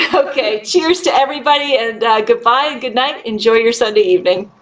ah okay, cheers to everybody and goodbye, good night. enjoy your sunday evening.